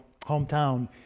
hometown